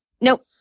Nope